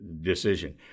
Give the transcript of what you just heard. decision